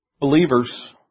Believers